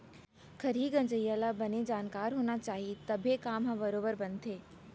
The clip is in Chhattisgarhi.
खरही गंजइया ल बने जानकार होना चाही तभे काम ह बरोबर बनथे